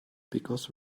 because